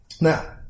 Now